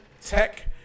tech